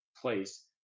place